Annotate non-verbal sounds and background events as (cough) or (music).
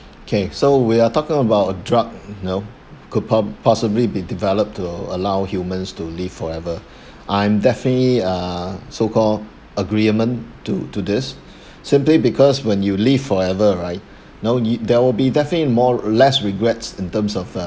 okay so we are talking about drug you know could po~ possibly be developed to allow humans to live forever (breath) I'm definitely uh so-called agreement to to this simply (breath) because when you live forever right (breath) you know it there will be definitely more less regrets in terms of uh